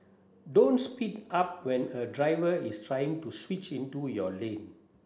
don't speed up when a driver is trying to switch into your lane